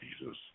Jesus